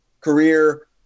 career